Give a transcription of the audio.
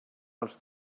als